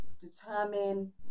determine